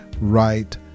right